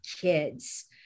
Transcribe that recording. kids